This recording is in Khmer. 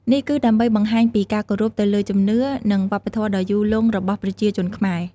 នេះគឺដើម្បីបង្ហាញពីការគោរពទៅលើជំនឿនិងវប្បធម៌ដ៏យូរលង់របស់ប្រជាជនខ្មែរ។